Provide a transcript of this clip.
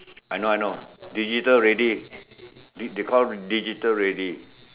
I know I know digital ready they call digital ready